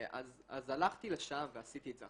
אז הלכתי לשם ועשיתי את זה.